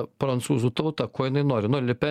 prancūzų tauta ko jinai nori nu le pen